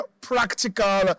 practical